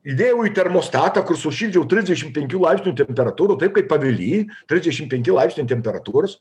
įdėjau į termostatą kur sušildžiau trisdešim penkių laipsnių temperatūrą taip kaip avily trisdešim penki laipsniai temperatūros